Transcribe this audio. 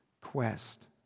quest